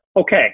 okay